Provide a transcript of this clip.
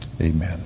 Amen